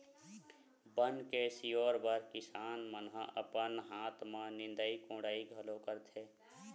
बन के सिरोय बर किसान मन ह अपन हाथ म निंदई कोड़ई घलो करथे